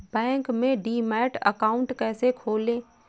Bank में demat account कैसे खोलें?